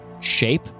shape